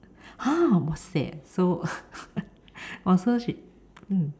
!huh! !wahseh! so !wah! so she mm